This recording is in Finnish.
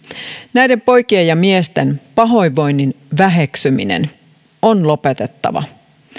näiden poikien ja miesten pahoinvoinnin väheksyminen on lopetettava